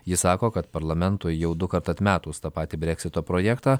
ji sako kad parlamentui jau dukart atmetus tą patį breksito projektą